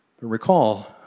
Recall